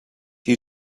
you